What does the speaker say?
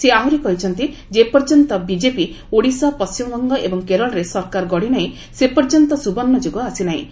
ସେ ଆହୁରି କହିଛନ୍ତି ଯେ ପର୍ଯ୍ୟନ୍ତ ବିଜେପି ଓଡ଼ିଶା ପଣ୍ଟିମବଙ୍ଗ ଏବଂ କେରଳରେ ସରକାର ଗଢ଼ି ନାହିଁ ସେ ପର୍ଯ୍ୟନ୍ତ ସୁବର୍ଣ୍ଣ ଯୁଗ ଆସି ନାହିଁ